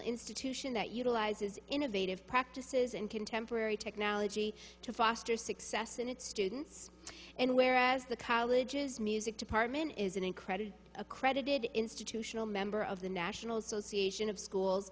institution that utilizes innovative practices and contemporary technology to foster success in its students and whereas the colleges music department is an incredibly accredited institutional member of the national association of schools